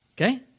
okay